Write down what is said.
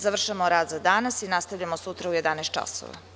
Završavamo rad za danas i nastavljamo sutra u 11.00 časova.